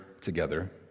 together